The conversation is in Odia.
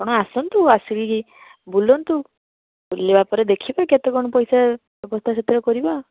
ଆପଣ ଆସନ୍ତୁ ଆସିକି ବୁଲନ୍ତୁ ବୁଲିବାପରେ ଦେଖିବା କେତେ କଣ ପଇସା ବ୍ୟବସ୍ତା ସେତେବେଳେ କରିବା